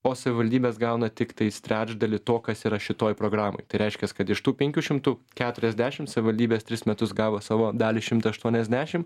o savivaldybės gauna tiktais trečdalį to kas yra šitoj programoj tai reiškias kad iš tų penkių šimtų keturiasdešim savivaldybės tris metus gavo savo dalį šimtą aštuoniasdešim